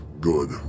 good